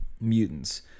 mutants